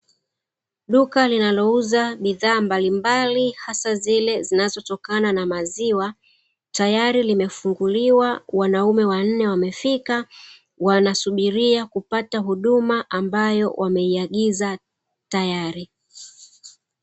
Duka linalouza bidhaa mbalimbali hasa zile zinazotokana na maziwa tayari limefunguliwa, wanaume wanne wamefika, wanasubiria kupata huduma ambayo wameiagiza tayari.